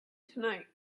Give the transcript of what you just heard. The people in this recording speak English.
tonight